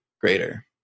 greater